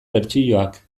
bertsioak